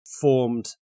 formed